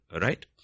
right